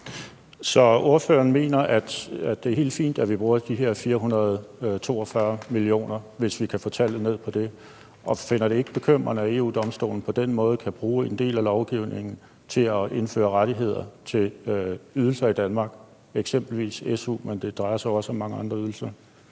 Så ordføreren mener, at det er helt fint, at vi bruger de her 442 mio. kr. – hvis vi kan få tallet ned på det – og finder det ikke bekymrende, at EU-Domstolen på den måde kan bruge en del af lovgivningen til at indføre rettigheder til ydelser i Danmark, eksempelvis su, men det drejer sig jo også om mange andre ydelser?